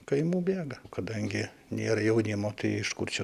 kaimų bėga o kadangi nėra jaunimo tai iš kur čia